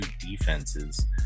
defenses